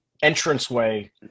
entranceway